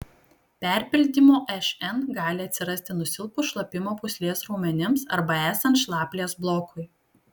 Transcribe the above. perpildymo šn gali atsirasti nusilpus šlapimo pūslės raumenims arba esant šlaplės blokui